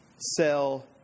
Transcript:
sell